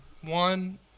One